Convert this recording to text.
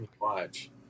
Watch